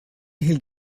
hielt